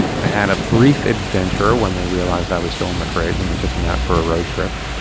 i had a brief adventure when they realized i was still in the fridge and they took me out for a road trip.